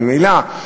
ממילא,